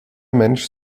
mensch